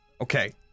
Okay